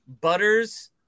Butters